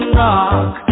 rock